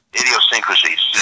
idiosyncrasies